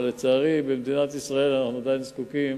אבל לצערי, במדינת ישראל אנחנו עדיין זקוקים